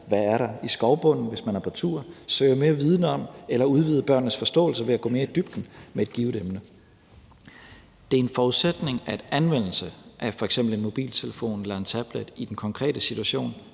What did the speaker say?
hvad der er i skovbunden, hvis man er på tur, eller for at søge mere viden om tingene og udvide børnenes forståelse ved at gå mere i dybden med et givent emne. Det er en forudsætning, at anvendelse af f.eks. mobiltelefon eller tablet i den konkrete situation